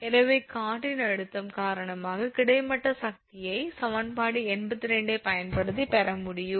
எனவே காற்றின் அழுத்தம் காரணமாக கிடைமட்ட சக்தியை சமன்பாடு 82 பயன்படுத்தி பெற முடியும்